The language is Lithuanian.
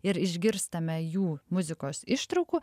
ir išgirstame jų muzikos ištraukų